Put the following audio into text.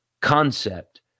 concept